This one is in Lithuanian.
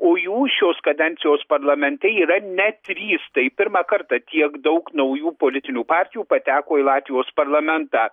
o jų šios kadencijos parlamente yra net trys tai pirmą kartą tiek daug naujų politinių partijų pateko į latvijos parlamentą